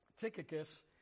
Tychicus